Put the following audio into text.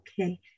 Okay